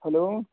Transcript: hello